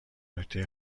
نکته